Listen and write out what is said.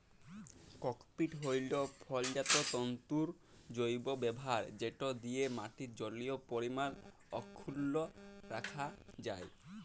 cocopeat হ্যইল ফলজাত তল্তুর জৈব ব্যাভার যেট দিঁয়ে মাটির জলীয় পরিমাল অখ্খুল্ল রাখা যায়